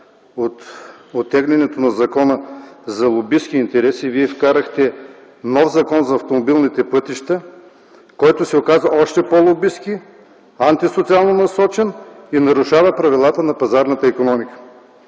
оттеглянето на Закона за лобистки интереси и вие вкарахте нов Закон за автомобилните пътища, който се оказа още по-лобистки, антисоциално насочен и нарушава правилата на пазарната икономика.